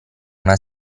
una